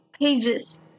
pages